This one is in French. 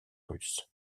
russe